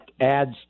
adds